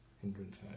hindrance